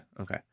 okay